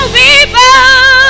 people